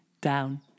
down